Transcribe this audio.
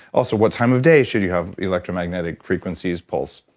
also what time of day should you have electromagnetic frequencies pulse?